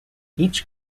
each